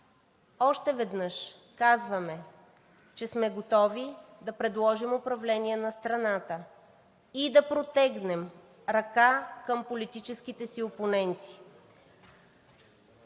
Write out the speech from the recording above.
още веднъж казваме, че сме готови да предложим управление на страната и да протегнем ръка към политическите си опоненти.